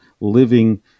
living